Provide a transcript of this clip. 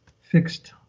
fixed